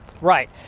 Right